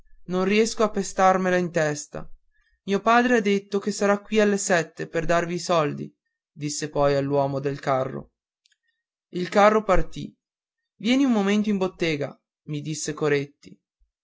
non riesco a pestarmela nella testa mio padre ha detto che sarà qui alle sette per darvi i soldi disse poi all'uomo del carro il carro partì vieni un momento in bottega mi disse coretti